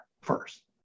first